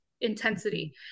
intensity